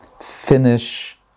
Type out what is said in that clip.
finish